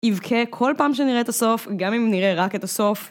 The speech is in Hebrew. ‫אבקה כל פעם שנראה את הסוף, ‫גם אם נראה רק את הסוף.